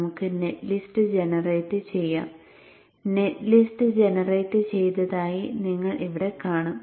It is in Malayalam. നമുക്ക് നെറ്റ് ലിസ്റ്റ് ജനറേറ്റ് ചെയ്യാം നെറ്റ് ലിസ്റ്റ് ജനറേറ്റ് ചെയ്തതായി നിങ്ങൾ ഇവിടെ കാണും